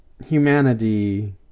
humanity